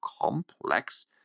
complex